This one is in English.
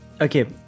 Okay